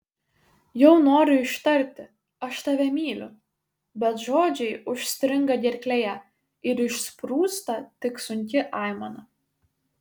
jau noriu ištarti aš tave myliu bet žodžiai užstringa gerklėje ir išsprūsta tik sunki aimana